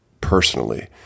personally